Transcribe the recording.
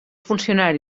funcionari